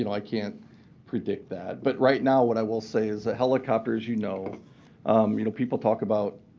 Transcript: you know i can't predict that. but right now what i will say is the helicopters you know um you know people talk about